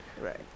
Right